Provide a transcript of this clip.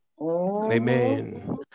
Amen